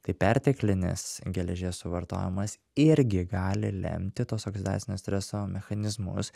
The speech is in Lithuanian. tai perteklinis geležies suvartojimas irgi gali lemti tuos oksidacinio streso mechanizmus